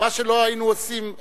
מה שלא היינו עושים,